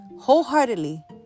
wholeheartedly